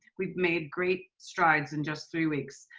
we've made great strides in just three weeks.